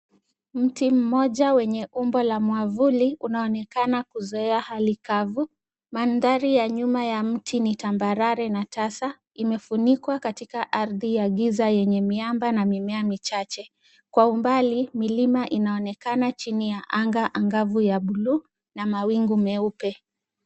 Mti mmoja wenye umbo la mwavuli unaonekana kuzoea hali kavu. Mandhari ya nyuma ya mti na tambarare na tasa. Imefunikwa katika ardhi ya giza yenye miamba na mimea michache. Kwa umbali, milima inaonekana chini ya anga angavu ya blue na mawingu meupe.